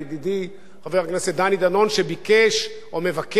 שביקש או מבקש להביא חוק צינון,